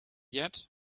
yet